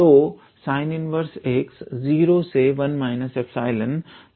तो sin 1x01 ∈